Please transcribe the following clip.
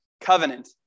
covenant